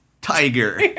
Tiger